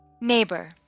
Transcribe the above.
Neighbor